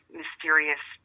mysterious